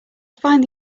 find